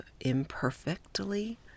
imperfectly